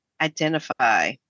identify